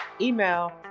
email